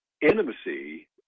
intimacy